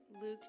Luke